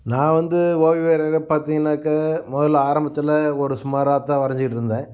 நான் வந்து ஓவிய கலையில பார்த்திங்கனாக்க முதல்ல ஆரம்பத்தில் ஒரு சுமாராகதான் வரைஞ்சிக்கிட்ருந்தேன்